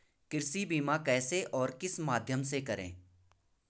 कृषि बीमा कैसे और किस माध्यम से करें?